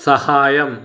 സഹായം